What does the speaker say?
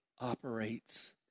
operates